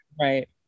Right